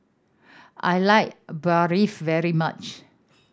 I like Barfi very much